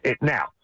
now